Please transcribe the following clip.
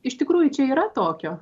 iš tikrųjų čia yra tokio